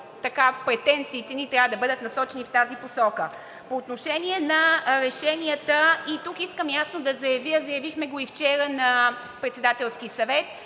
претенциите ни трябва да бъдат насочени в тази посока. По отношение на решенията. И тук искам ясно да заявя, заявихме го и вчера на Председателския съвет,